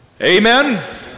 Amen